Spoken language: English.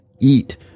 eat